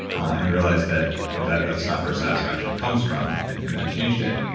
and realized that you know that that's not where satisfaction comes from and that changed it.